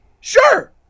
Sure